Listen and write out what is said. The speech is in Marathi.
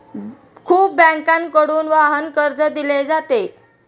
खूप बँकांकडून वाहन कर्ज दिले जाते